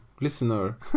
listener